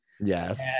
Yes